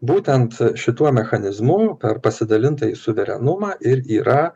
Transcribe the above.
būtent šituo mechanizmu per pasidalintąjį suverenumą ir yra